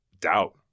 doubt